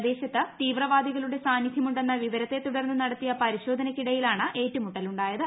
പ്രദേശത്ത് തീവ്രവാദികളുടെ സാന്നിധ്യമുണ്ടെന്ന വിവരത്തെ തുടർന്ന് നടത്തിയ പരിശോധനയ്ക്ക് ഇടയിലാണ് ഏറ്റുമുട്ടലു ണ്ടായത്